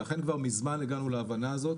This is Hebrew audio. ולכן כבר מזמן הגענו להבנה הזאת.